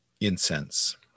incense